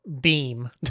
beam